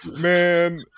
Man